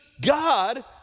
God